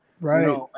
right